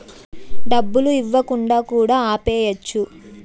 డబ్బులు ఇవ్వకుండా కూడా ఆపేయచ్చు